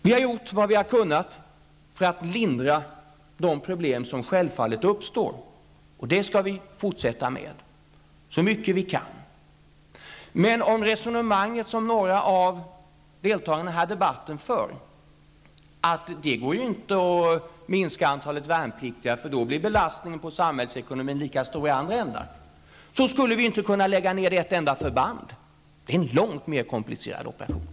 Vi har gjort vad vi har kunnat för att lindra de problem som självfallet uppstår, och det skall vi fortsätta med så mycket vi kan. Men med det resonemang som några av deltagarna i den här debatten för -- att det inte går att minska antalet värnpliktiga, eftersom belastningen på samhällsekonomin då blir lika stor i andra ändan -- skulle vi ju inte kunna lägga ned ett enda förband. Det är fråga om en långt mer komplicerad operation.